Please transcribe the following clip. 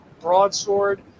broadsword